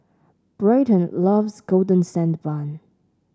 Bryton loves Golden Sand Bun